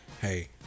hey